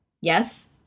Yes